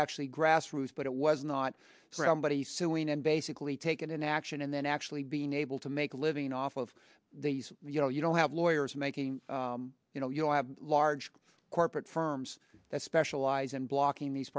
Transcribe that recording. actually grassroots but it was not for him but he's suing and basically taken an action and then actually being able to make a living off of these you know you don't have lawyers making you know you'll have large corporate firms that specialize in blocking these